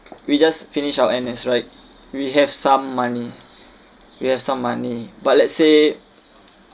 we just finish our N_S right we have some money we have some money but let's say